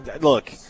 look